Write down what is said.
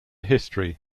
history